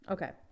Okay